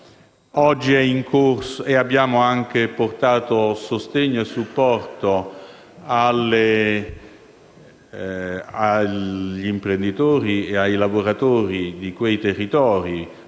tempi previsti e abbiamo portato sostegno e supporto agli imprenditori e ai lavoratori di quei territori.